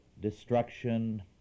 destruction